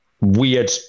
weird